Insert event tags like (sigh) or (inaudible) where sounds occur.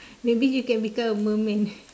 maybe you can become a merman (laughs)